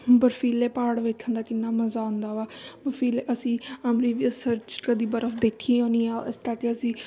ਬਰਫੀਲੇ ਪਹਾੜ ਵੇਖਣ ਦਾ ਕਿੰਨਾ ਮਜ਼ਾ ਆਉਂਦਾ ਵਾ ਅਸੀਂ 'ਚ ਕਦੀ ਬਰਫ ਦੇਖੀ ਹੋ ਨਹੀਂ ਆ ਇਸ ਕਰਕੇ ਅਸੀਂ